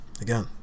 again